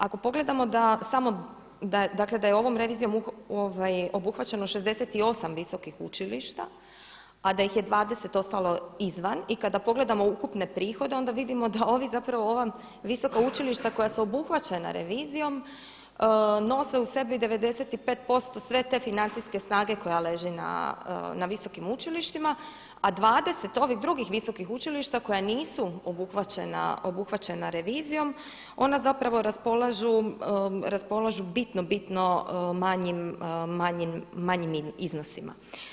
Ako pogledamo da samo, dakle da je ovom revizijom obuhvaćeno 68 visokih učilišta a da ih je 20 ostalo izvan i kada pogledamo ukupne prihode onda vidimo da ovi, zapravo ova visoka učilišta koja su obuhvaćena revizijom nose u sebi 95% sve te financijske snage koja leži na visokim učilištima, a 20 ovih drugih visokih učilišta koja nisu obuhvaćena revizijom ona zapravo raspolažu bitno bitno manjim iznosima.